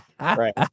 Right